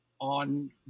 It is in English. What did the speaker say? on